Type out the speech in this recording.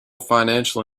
financial